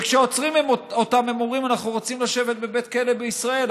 וכשעוצרים אותם הם אומרים: אנחנו רוצים לשבת בבית כלא בישראל,